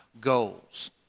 goals